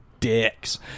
dicks